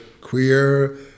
queer